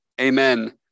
Amen